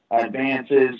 advances